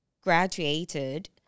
graduated